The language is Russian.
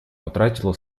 утратила